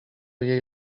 jej